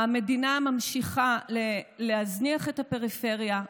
המדינה ממשיכה להזניח את הפריפריה,